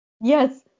Yes